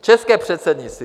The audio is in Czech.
České předsednictví.